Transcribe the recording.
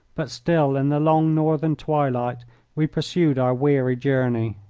but still in the long northern twilight we pursued our weary journey.